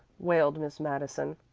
wailed miss madison.